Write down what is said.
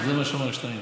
זה מה שאמר שטייניץ.